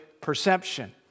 perception